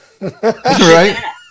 Right